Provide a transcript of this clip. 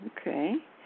Okay